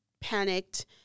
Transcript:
panicked